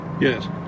Yes